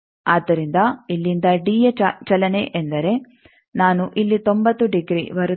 ಆದ್ದರಿಂದ ಇಲ್ಲಿಂದ ಡಿ ಯ ಚಲನೆ ಎಂದರೆ ನಾನು ಇಲ್ಲಿ ತೊಂಬತ್ತು ಡಿಗ್ರಿ ಬರುತ್ತೇನೆ